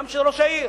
גם של ראש העיר.